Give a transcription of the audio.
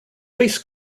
face